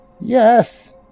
Yes